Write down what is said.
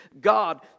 God